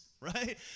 right